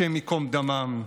השם ייקום דמם.